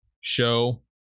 show